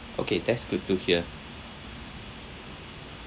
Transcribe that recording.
okay that's good to hear